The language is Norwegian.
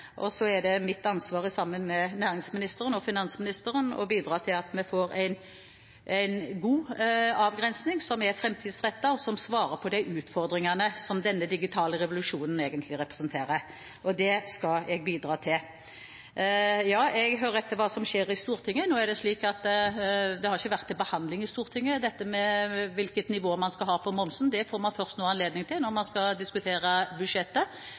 og så er det mitt ansvar sammen med næringsministeren og finansministeren å bidra til at vi får en god avgrensning, som er framtidsrettet, og som svarer på de utfordringene som denne digitale revolusjonen egentlig representerer. Det skal jeg bidra til. Ja, jeg hører etter hva som skjer i Stortinget. Nå er det slik at hvilket nivå man skal ha på momsen, ikke har vært til behandling i Stortinget. Det får man først nå anledning til, når vi skal diskutere budsjettet.